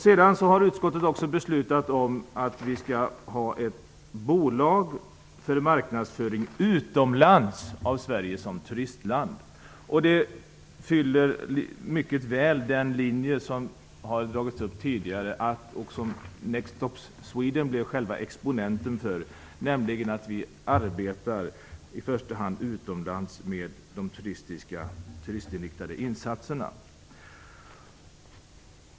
Sedan har utskottet också beslutat att vi skall ha ett bolag för marknadsföring utomlands av Sverige som turistland. Detta följer mycket väl den linje som tidigare har dragits upp och som Next Stop Sweden blev själva exponenten för, nämligen att vi i första hand skall arbeta utomlands med de turistinriktade insatserna.